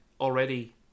already